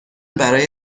برای